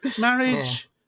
marriage